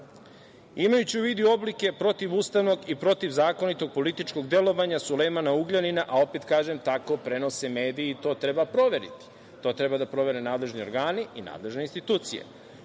Imajući u vidu i oblike protivustavnog i protivzakonitog političkog delovanja Sulejmana Ugljanina, a opet kažem, tako prenose mediji i to treba proveriti, to treba da provere nadležni organi i nadležne institucije,